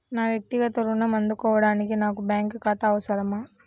నా వక్తిగత ఋణం అందుకోడానికి నాకు బ్యాంక్ ఖాతా అవసరమా?